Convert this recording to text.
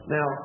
Now